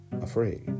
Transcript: afraid